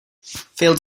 fail